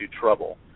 trouble